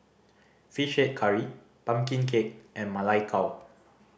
Fish Head Curry pumpkin cake and Ma Lai Gao